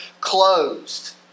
closed